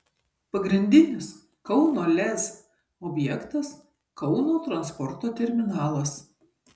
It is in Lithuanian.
pagrindinis kauno lez objektas kauno transporto terminalas